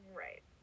right